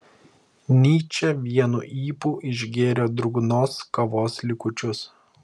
nyčė vienu ypu išgėrė drungnos kavos likučius